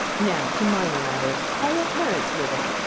now to minor matters. are your parents living?